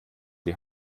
die